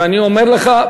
ואני אומר לך,